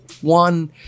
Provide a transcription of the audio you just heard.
one